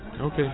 Okay